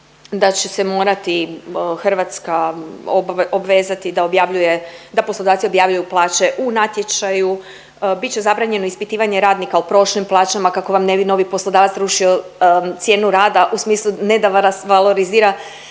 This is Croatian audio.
da će se morati Hrvatska obvezati da objavljuje, da poslodavci objavljuju plaće u natječaju, bit će zabranjeno ispitivanje radnika o prošlim plaćama kako vam ne bi novi poslodavac rušio cijenu rada u smislu ne da vas valorizira